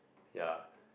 ya